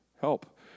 Help